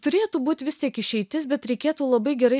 turėtų būt vis tiek išeitis bet reikėtų labai gerai